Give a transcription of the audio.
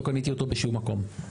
לא קניתי אותו בשום מקום.